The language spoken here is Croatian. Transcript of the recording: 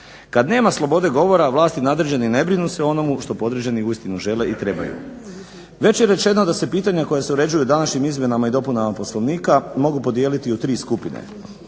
Kad nema slobode govora vlasti, nadređeni ne brinu se o onomu što podređeni uistinu žele i trebaju. Već je rečeno da se pitanja koja se uređuju današnjim izmjenama i dopunama Poslovnika mogu podijeliti u tri skupine